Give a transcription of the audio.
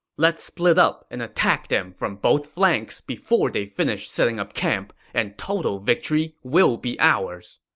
let's split up and attack them from both flanks before they finish setting up camp, and total victory will be ours.